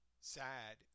sad